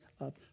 up